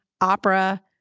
opera